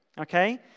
Okay